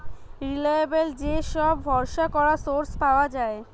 reliable যে সব ভরসা করা সোর্স পাওয়া যায়